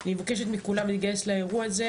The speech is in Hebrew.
אני מבקשת מכולם להתגייס לאירוע הזה,